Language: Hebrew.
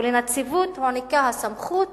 ולנציבות מוענקת הסמכות